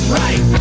right